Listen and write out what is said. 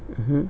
mmhmm